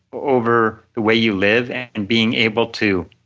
over the way you live and and being able to